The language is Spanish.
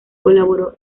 colaboró